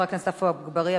חבר הכנסת עפו אגבאריה,